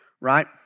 right